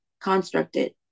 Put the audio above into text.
constructed